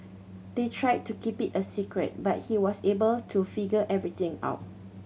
they tried to keep it a secret but he was able to figure everything out